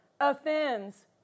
offends